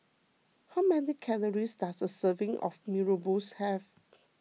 how many calories does a serving of Mee Rebus have